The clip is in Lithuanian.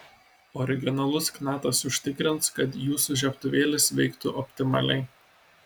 originalus knatas užtikrins kad jūsų žiebtuvėlis veiktų optimaliai